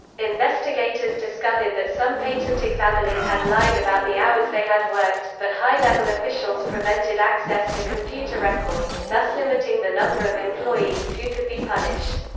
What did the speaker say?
investigators discovered that some patent examiners had lied about the hours they had worked, but high level officials prevented access to computer records, thus limiting the number of employees who could be punished.